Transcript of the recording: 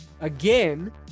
again